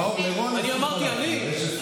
אני אמרתי שאני?